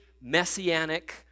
messianic